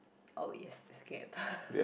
oh yes it's a game